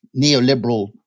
neoliberal